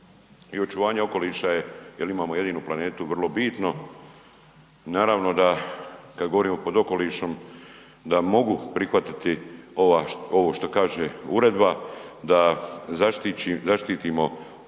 i očuvanje okoliša je jer imamo jedinu planetu vrlo bitno i naravno da kad govorimo pod okolišom, da mogu prihvatiti ovo što kaže uredba, da zaštitimo se